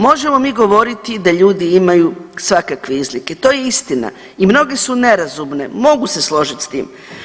Možemo mi govoriti da ljudi imaju svakakve izlike, to je istina i mnogi su nerazumne, mogu se složiti s tim.